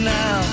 now